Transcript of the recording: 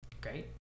Great